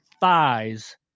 thighs